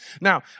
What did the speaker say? Now